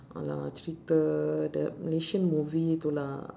!alah! cerita the malaysian movie pula